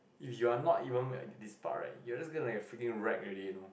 if you're not even at this part right you're just gonna get freaking racked already you know